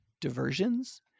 diversions